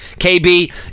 KB